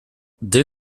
dès